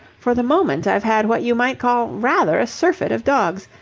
for the moment i've had what you might call rather a surfeit of dogs.